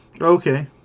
Okay